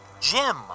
Jim